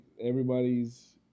everybody's